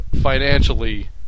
financially